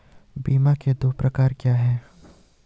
बीमा के दो प्रकार क्या हैं?